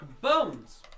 Bones